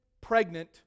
pregnant